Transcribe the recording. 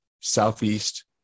southeast